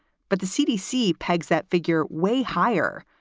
but the cdc pegs that figure. way higher,